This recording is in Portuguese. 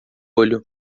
olho